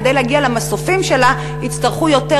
שכדי להגיע למסופים שלה יצטרכו יותר